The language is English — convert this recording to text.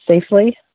safely